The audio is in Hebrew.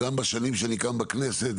גם בשנים שאני כאן בכנסת,